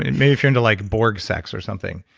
and maybe if you're into like borg sex or something,